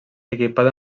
equipada